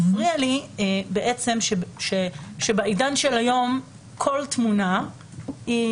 מפריע לי שבעידן של היום כל תמונה היא